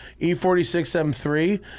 E46M3